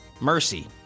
Mercy